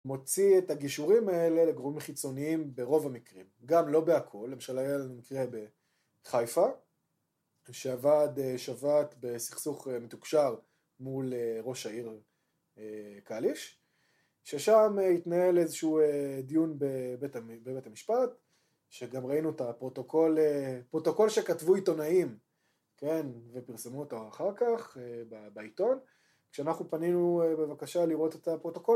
מוציא את הגישורים האלה לגורמים חיצוניים ברוב המקרים, גם לא בהכול. למשל, היה לנו מקרה בחיפה, שעבד שבת בסכסוך מתוקשר מול ראש העיר קליש, ששם התנהל איזשהו דיון בבית המ... בבית המשפט, שגם ראינו את הפרוטוקול, פרוטוקול שכתבו עיתונאים, כן? ופרסמו אותו אחר כך בעיתון. כשאנחנו פנינו בבקשה לראות את הפרוטוקול